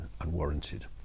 unwarranted